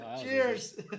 Cheers